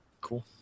Cool